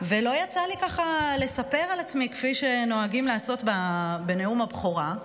ולא יצא לי לספר על עצמי כפי שנוהגים לעשות בנאום הבכורה.